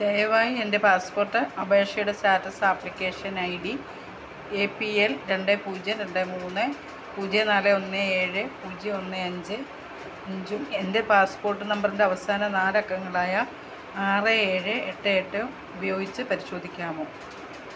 ദയവായി എൻ്റെ പാസ്പോർട്ട് അപേക്ഷയുടെ status application I D A P L രണ്ട് പൂജ്യം രണ്ട് മൂന്ന് പൂജ്യം നാല് ഒന്ന് ഏഴ് പൂജ്യം ഒന്ന് അഞ്ച് അഞ്ചും എൻ്റെ പാസ്പോർട്ട് നമ്പറിൻ്റെ അവസാന നാല് അക്കങ്ങളായ ആറ് ഏഴ് എട്ട് എട്ടും ഉപയോഗിച്ചു പരിശോധിക്കാമോ